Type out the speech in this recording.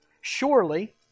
Surely